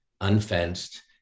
unfenced